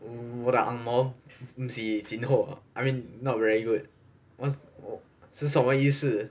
我的 ang moh gim si jin ho I mean not very good what's 是什么意思